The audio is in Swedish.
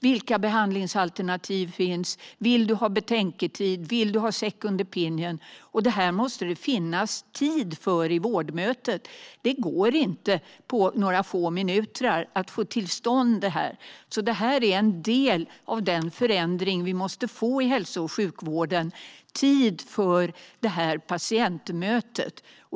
Vilka behandlingsalternativ finns? Vill du ha betänketid? Vill du ha second opinion? Det måste finnas tid för detta i vårdmötet. Det går inte att på några få minuter få till stånd detta. Det är en del av den förändring som vi måste få i hälso och sjukvården. Det handlar om tid för patientmötet.